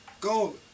Go